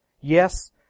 Yes